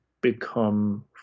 become